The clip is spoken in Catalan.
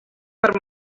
per